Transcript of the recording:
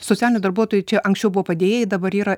socialinių darbuotojų čia anksčiau buvo padėjėjai dabar yra